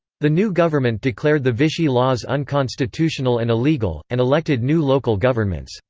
the new government declared the vichy laws unconstitutional and illegal, and elected new local governments.